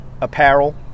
apparel